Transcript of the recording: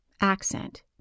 Accent